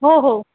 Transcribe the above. हो हो